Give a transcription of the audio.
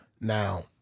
Now